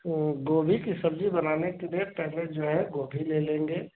गोभी की सब्ज़ी बनाने के लिए पहले जो है गोभी ले लेंगे